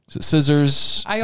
scissors